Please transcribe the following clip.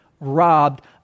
robbed